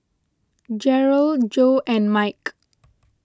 Jarrell Joe and Mike